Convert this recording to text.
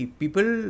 people